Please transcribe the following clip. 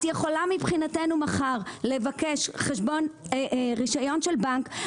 את יכולה מבחינתנו מחר לבקש רישיון של בנק,